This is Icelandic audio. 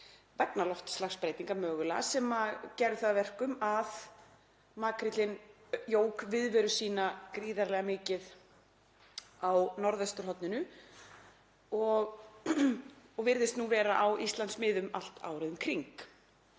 vegna loftslagsbreytinga mögulega, sem gerði það að verkum að makríllinn jók viðveru sína gríðarlega mikið á norðausturhorninu og virðist nú vera á Íslandsmiðum allt árið um kring.